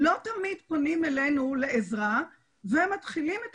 לא תמיד פונים אלינו לעזרה ומתחילים את